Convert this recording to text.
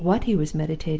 what he was meditating,